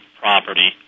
property